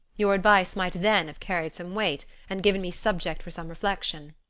your advice might then have carried some weight and given me subject for some reflection.